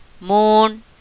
moon